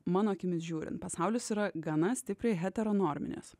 mano akimis žiūrint pasaulis yra gana stipriai heteronorminės